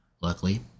Luckily